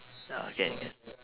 ah can can